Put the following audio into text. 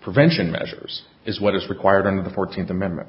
prevention measures is what is required in the fourteenth amendment